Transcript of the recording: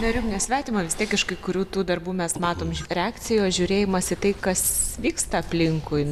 ar jum nesvetima vis tiek iš kai kurių tų darbų mes matom reakcijų o žiūrėjimas į tai kas vyksta aplinkui